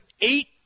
eight